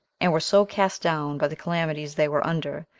and were so cast down by the calamities they were under,